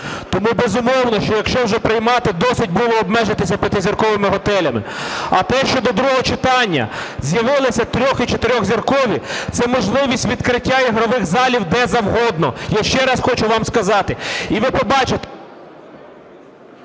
Тому, безумовно, що якщо вже приймати, досить було обмежитись п'ятизірковими готелями. А те, що до другого читання з'явилися три- і чотиризіркові – це можливість відкриття ігрових залів де завгодно. Я ще раз хочу вам сказати, і ви побачите...